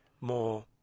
more